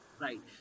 Right